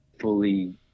fully